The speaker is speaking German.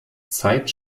zeit